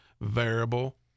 variable